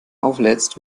auflädst